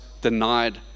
denied